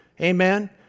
Amen